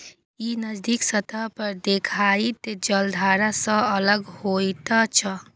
ई नदीक सतह पर देखाइत जलधारा सं अलग होइत छै